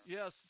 Yes